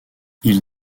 ils